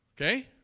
Okay